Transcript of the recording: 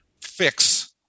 fix